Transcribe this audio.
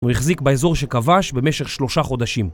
הוא יחזיק באזור שכבש במשך שלושה חודשים.